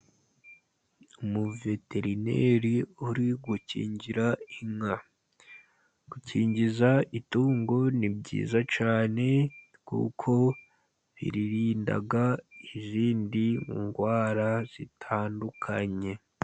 Umuveterineri uri gukingira inka, gukingiza itungo ni byiza cyane, kuko biririnda izindi mu ndwara zitandukanye.